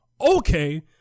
Okay